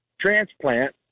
transplant